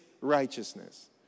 righteousness